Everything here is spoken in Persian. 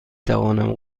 توانم